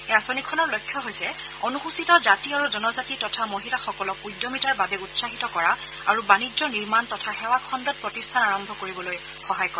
এই আঁচনিখনৰ লক্ষ্য হৈছে অনুসূচিত জাতি আৰু জনজাতি তথা মহিলাসকলক উদ্যমিতাৰ বাবে উৎসাহিত কৰা আৰু বাণিজ্য নিৰ্মাণ তথা সেৱা খণ্ডত প্ৰতিষ্ঠান আৰম্ভ কৰিবলৈ সহায় কৰা